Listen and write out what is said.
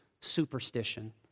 superstition